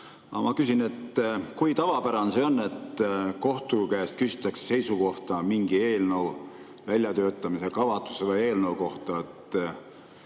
ma küsin, kui tavapärane see on, et kohtu käest küsitakse seisukohta mingi eelnõu, väljatöötamiskavatsusega eelnõu kohta.